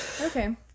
Okay